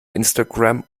instagram